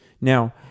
Now